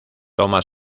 toma